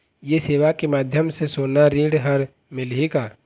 ये सेवा के माध्यम से सोना ऋण हर मिलही का?